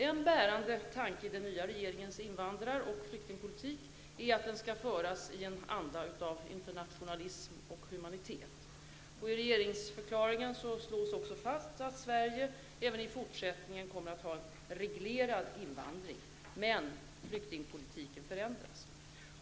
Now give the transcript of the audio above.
En bärande tanke i den nya regeringens invandraroch flyktingpolitik är att den skall föras i en anda av internationalism och humanitet. I regeringsförklaringen slås också fast att Sverige även i fortsättningen kommer att ha en reglerad invandring. Men flyktingpolitiken förändras.